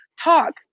talk